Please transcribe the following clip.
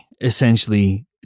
essentially